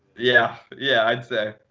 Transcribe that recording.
yeah. yeah, i'd say.